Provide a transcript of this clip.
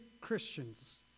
Christians